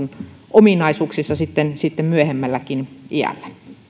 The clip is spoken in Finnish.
ominaisuuksissa sitten sitten myöhemmälläkin iällä